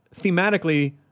thematically